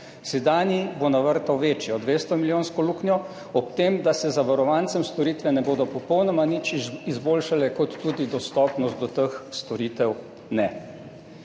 Sedanji bo navrtal večjo, 200-milijonsko luknjo ob tem, da se zavarovancem storitve ne bodo popolnoma nič izboljšale in tudi dostopnost do teh storitev ne.